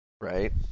right